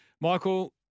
Michael